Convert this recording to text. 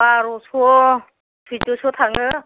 बार'स' सैद'स' थाङो